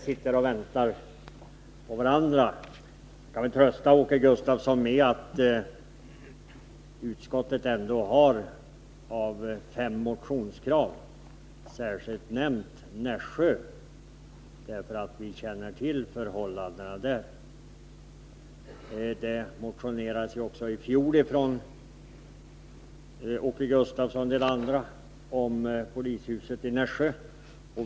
Fru talman! Jag kan trösta Åke Gustavsson med att utskottet av fem motionskrav särskilt har nämnt det som gäller Nässjö, därför att vi i utskottet känner till förhållandena där. Det väcktes motioner också i fjol av Åke Gustavsson och en del andra riksdagsledamöter om polishuset i Nässjö.